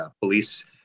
police